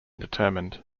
determined